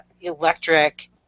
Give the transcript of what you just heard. electric